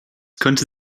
könnte